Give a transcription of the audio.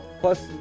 plus